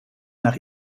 nach